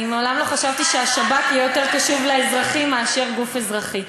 אני מעולם לא חשבתי שהשב"כ יהיה יותר קשוב לאזרחים מאשר גוף אזרחי.